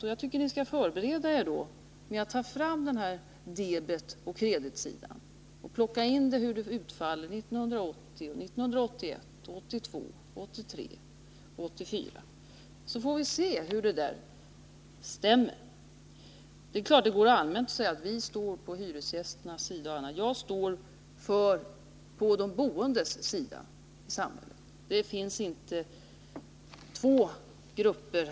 Och då tycker jag ni skall förbereda er för att ta fram debetoch kreditsidan och plocka in hur utfallet blir 1980, 1981, 1982, 1983 och 1984. så vi får se hur det stämmer. Det är klart att det rent allmänt går att säga: Vi står på hyresgästernas sida. För min del står jag på de boendes sida. Det finns inte två grupper.